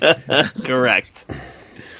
Correct